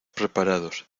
preparados